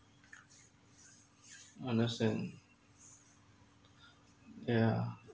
understand yeah